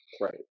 right